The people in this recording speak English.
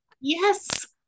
Yes